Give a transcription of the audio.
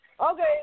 Okay